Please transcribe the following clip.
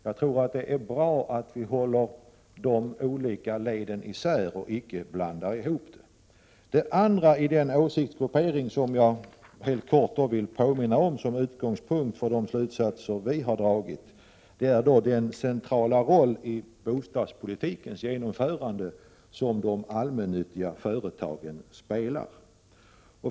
Jag tror att det är bra att vi håller de olika leden isär och icke blandar ihop dem. Den andra av de åsiktsgrupperingar som jag helt kort vill påminna om som utgångspunkt för de slutsatser vi har dragit är den centrala roll i bostadspolitikens genomförande som de allmännyttiga företagen spelar.